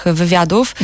wywiadów